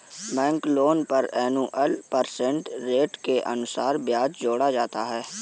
bank loan पर annual percentage rate के अनुसार ब्याज जोड़ा जाता है